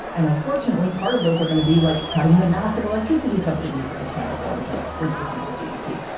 and unfortunately, part of those are going to be like cutting the massive electricity subsidies that they can't afford, which are like three percent of gdp.